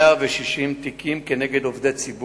3. כמה מהם נסגרו בינתיים?